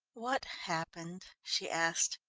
what happened? she asked.